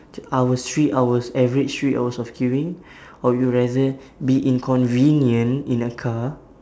t~ hours three hours average three hours of queuing or you rather be inconvenient in a car